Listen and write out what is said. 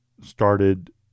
started